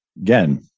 again